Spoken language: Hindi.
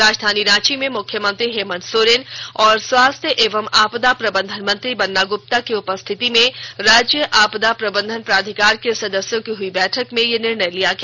राजधानी रांची में मुख्यमंत्री हेमंत सोरेन और स्वास्थ्य एवं आपदा प्रबंधन मंत्री बन्ना गुप्ता की उपस्थिति में राज्य आपदा प्रबंधन प्राधिकार के सदस्यों की हुई बैठक में यह निर्णय लिया गया